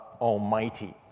Almighty